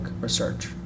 research